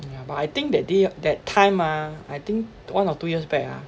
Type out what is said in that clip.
yeah but I think that day that time ah I think one or two years back ah